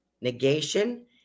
negation